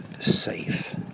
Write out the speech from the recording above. safe